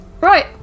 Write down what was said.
right